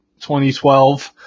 2012